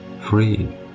free